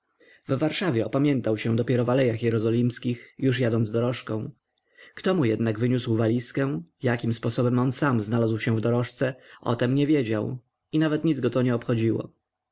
w warszawie opamiętał się dopiero w alejach jerozolimskich już jadąc dorożką kto mu jednak wyniósł walizkę jakim sposobem on sam znalazł się w dorożce o tem nie wiedział i nawet nic go to nie obchodziło